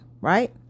right